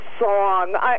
song